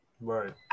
Right